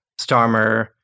Starmer